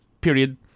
period